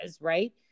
right